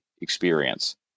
experience